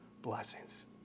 blessings